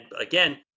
again